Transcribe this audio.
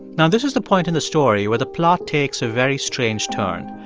now, this is the point in the story where the plot takes a very strange turn.